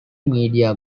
media